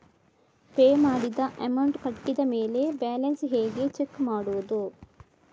Pay ಮಾಡಿದ amount ಕಟ್ಟಿದ ಮೇಲೆ ಬ್ಯಾಲೆನ್ಸ್ ಹೇಗೆ ಚೆಕ್ ಮಾಡುವುದು?